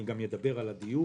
אני גם אדבר על הדיור.